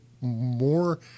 more